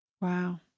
Wow